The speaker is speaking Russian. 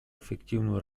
эффективную